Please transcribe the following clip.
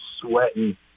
sweating